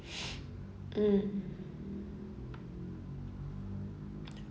mm